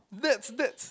that's that's